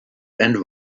and